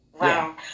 Wow